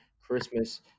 Christmas